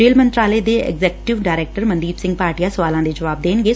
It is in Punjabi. ਰੇਲ ਮੰਤਰਾਲੇ ਦੇ ਐਗਜੈਕਟਿਵ ਡਾਇਰੈਕਟਰ ਮਨਦੀਪ ਸਿੰਘ ਭਾਟੀਆ ਸਵਾਲਾਂ ਦੇ ਜਵਾਬ ਦੇਣਗੇ